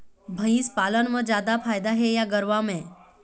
भंइस पालन म जादा फायदा हे या गरवा में?